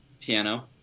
Piano